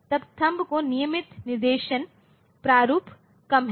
तब थंब का नियमित निर्देशन प्रारूप कम है